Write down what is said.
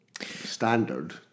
standard